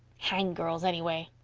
hang girls, anyway.